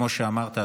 כמו שאמרת,